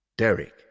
Derek